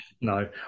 No